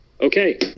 Okay